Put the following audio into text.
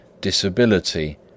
disability